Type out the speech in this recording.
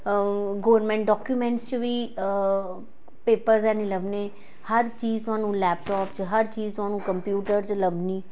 government documents च वी papers हैनी लब्भने हर चीज थोआनू लैपटाप च हर चीज थोआनू कंप्यूटर च लब्भनी